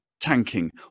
tanking